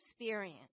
experience